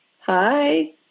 Hi